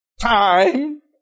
time